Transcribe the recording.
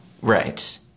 Right